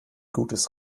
gutes